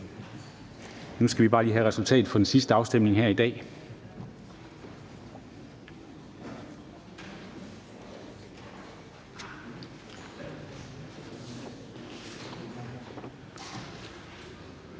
Nu skal vi bare have resultatet fra den sidste afstemning her i dag.